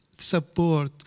support